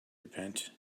repent